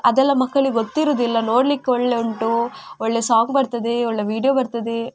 ಅದೆಲ್ಲ ಮಕ್ಕಳಿಗೆ ಗೊತ್ತಿರುವುದಿಲ್ಲ ನೋಡಲಿಕ್ಕೆ ಒಳ್ಳೆ ಉಂಟು ಒಳ್ಳೆ ಸಾಂಗ್ ಬರ್ತದೆ ಒಳ್ಳೆ ವಿಡಿಯೋ ಬರ್ತದೆ